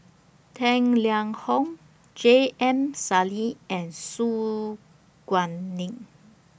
Tang Liang Hong J M Sali and Su Guaning